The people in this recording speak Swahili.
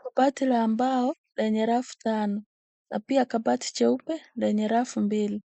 Kabati la mbao lenye rafu tano na pia kabati jeupe yenye rafu mbili.